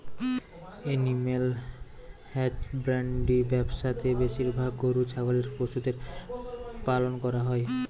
animal husbandry ব্যবসা তে বেশিরভাগ গরু ছাগলের পশুদের পালন করা হই